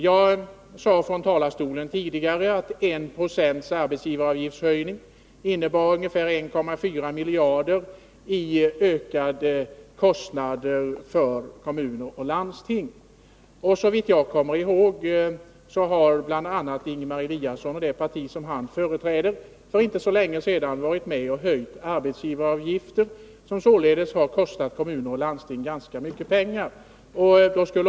Jag sade från talarstolen att 1 96 höjning av arbetsgivaravgiften innebär ungefär 1,4 miljarder i ökade kostnader för kommuner och landsting. Såvitt jag kommer ihåg har bl.a. Ingemar Eliasson och det parti han företräder, för inte så länge sedan varit med om att höja arbetsgivaravgiften, vilket således har kostat kommuner och landsting ganska mycket pengar.